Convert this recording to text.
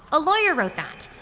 a lawyer wrote that.